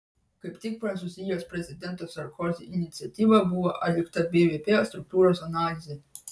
kaip tik prancūzijos prezidento sarkozi iniciatyva buvo atlikta bvp struktūros analizė